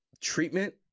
treatment